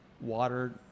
water